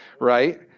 right